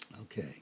Okay